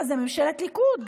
אבל זה ממשלת ליכוד,